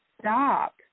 stop